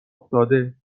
افتاده